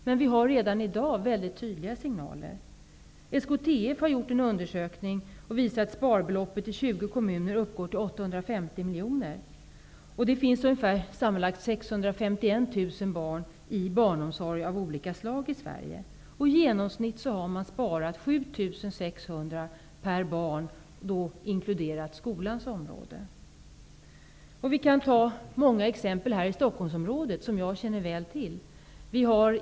Men vi har redan i dag fått mycket tydliga signaler. SKTF har gjort en undersökning som visar att sparbeloppet i 20 kommuner uppgår till 850 miljoner kronor. Och det finns sammanlagt ungefär genomsnitt har man sparat 7 600 kr per barn, inkl. Jag kan ta många exempel här i Stockholmsområdet, som jag känner väl till.